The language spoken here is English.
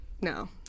No